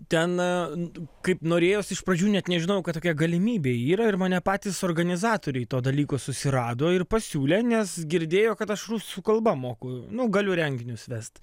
ten kaip norėjosi iš pradžių net nežinojau kad tokia galimybė yra ir mane patys organizatoriai to dalyko susirado ir pasiūlė nes girdėjo kad aš rusų kalba moku nu galiu renginius vest